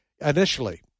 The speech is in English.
Initially